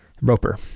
Roper